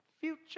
future